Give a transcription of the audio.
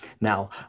Now